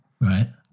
Right